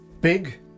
Big